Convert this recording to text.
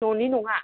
न'नि नङा